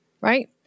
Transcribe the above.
right